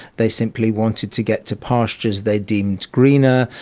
they simply wanted to get to pastures they deemed greener,